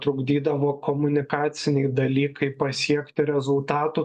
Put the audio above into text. trukdydavo komunikaciniai dalykai pasiekti rezultatų